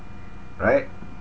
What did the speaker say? right